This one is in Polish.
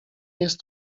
jest